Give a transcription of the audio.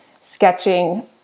sketching